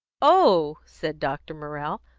oh! said dr. morrell,